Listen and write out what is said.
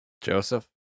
Joseph